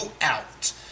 out